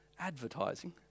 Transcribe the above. advertising